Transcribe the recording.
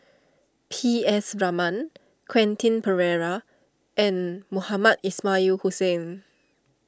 P S Raman Quentin Pereira and Mohamed Ismail Hussain